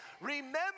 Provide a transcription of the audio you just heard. remember